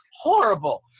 horrible